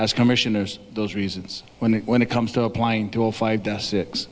as commissioners those reasons when it when it comes to applying to all five